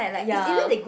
ya